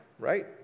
right